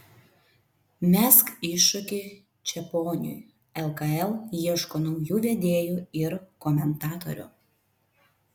mesk iššūkį čeponiui lkl ieško naujų vedėjų ir komentatorių